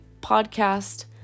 podcast